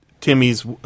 Timmy's